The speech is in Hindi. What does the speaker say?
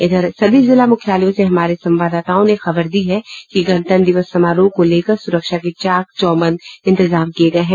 इधर सभी जिला मुख्यालयों से हमारे संवाददाता ने खबर दी है कि गणतंत्र दिवस समारोह को लेकर सुरक्षा के चाक चौबंद इंतजाम किये गये हैं